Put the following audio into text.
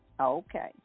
Okay